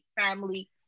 family